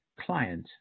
client